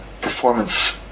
performance